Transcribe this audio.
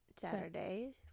Saturday